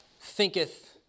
thinketh